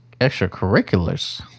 extracurriculars